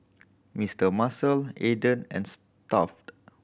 Mister Muscle Aden and Stuff'd